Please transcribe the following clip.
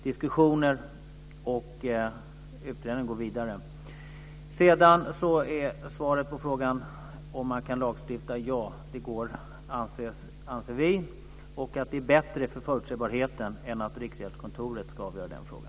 Diskussionen och utredningen fortsätter. På frågan om man kan lagstifta är svaret att det går, anser vi. Det är bättre för förutsägbarheten än att Riksgäldskontoret ska avgöra den frågan.